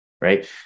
right